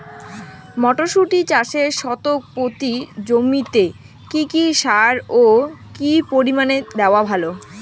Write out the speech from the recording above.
মটরশুটি চাষে শতক প্রতি জমিতে কী কী সার ও কী পরিমাণে দেওয়া ভালো?